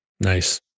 Nice